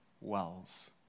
wells